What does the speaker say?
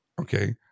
Okay